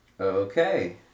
Okay